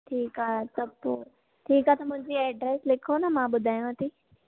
ठीकु आहे त पोइ ठीकु आहे त मुंहिंजी ऐड्रेस लिखो न मां ॿुधायांव थी